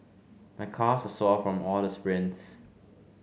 my calves are sore from all the sprints